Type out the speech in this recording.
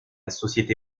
société